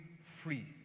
free